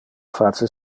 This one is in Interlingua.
face